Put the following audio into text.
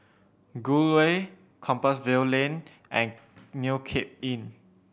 Gul Way Compassvale Lane and New Cape Inn